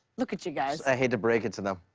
look at you guys. i hate to break it to them.